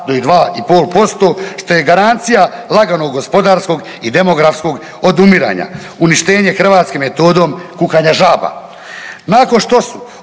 ili 2,5%, što je garancija laganog gospodarskog i demografskog odumiranja, uništenje Hrvatske metodom kukanja žaba. Nakon što su